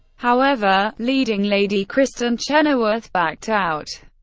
however, leading lady kristin chenoweth backed out,